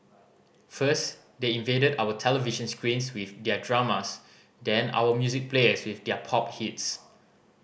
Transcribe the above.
first they invaded our television screens with their dramas then our music players with their pop hits